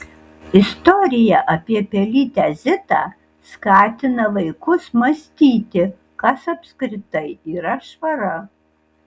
istorija apie pelytę zitą skatina vaikus mąstyti kas apskritai yra švara